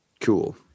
Cool